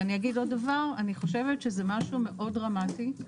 אני אומר עוד דבר אני חושבת שזה משהו מאוד דרמטי.